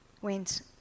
went